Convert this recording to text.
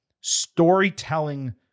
storytelling